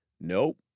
Nope